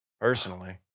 personally